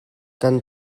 kan